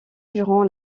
durant